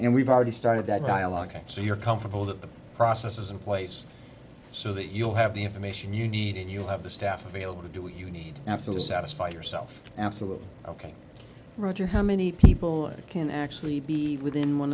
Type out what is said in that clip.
and we've already started that dialogue so you're comfortable that the process is in place so that you'll have the information you need and you'll have the staff available to do what you need absolute satisfy yourself absolutely ok roger how many people can actually be within one